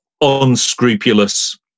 Unscrupulous